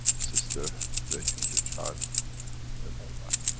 sister, raping the child and all that.